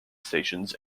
stations